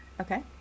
okay